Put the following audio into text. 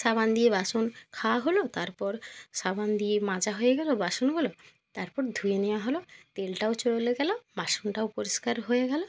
সাবান দিয়ে বাসন খাওয়া হলো তারপর সাবান দিয়ে মাজা হয়ে গেল বাসনগুলো তারপর ধুয়ে নেওয়া হলো তেলটাও চলে গেলো বাসনটাও পরিষ্কার হয়ে গেল